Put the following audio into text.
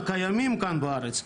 הם קיימים כאן בארץ,